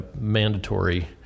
mandatory